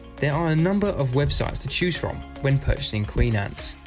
there are a number of websites to choose from when purchasing queen ants.